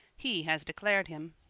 he has declared him.